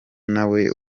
nawe